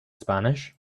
spanish